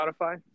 Spotify